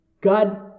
God